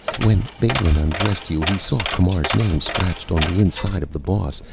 when balin undressed you, he saw camar's name scratched on the inside of the boss.